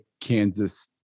Kansas